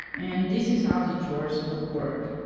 and this is how the drawers will work.